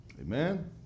Amen